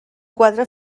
quadre